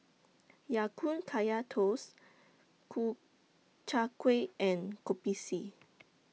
Ya Kun Kaya Toast Ku Chai Kuih and Kopi C